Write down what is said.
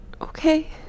Okay